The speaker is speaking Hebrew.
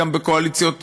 גם בקואליציות קודמות,